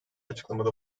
açıklamada